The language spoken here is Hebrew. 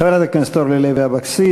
חברת הכנסת אורלי לוי אבקסיס,